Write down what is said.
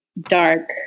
dark